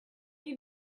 you